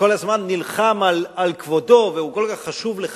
כל הזמן נלחם על כבודו והוא כל כך חשוב לך,